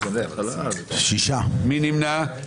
מי נמנע?